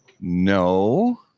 No